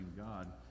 God